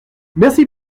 merci